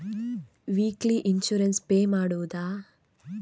Weekly insurance pay ಮಾಡುವುದ?